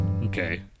Okay